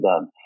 done